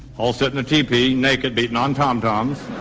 all sit in a teepee, naked, beating on tom-toms.